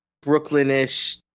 Brooklyn-ish